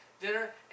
dinner